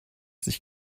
sich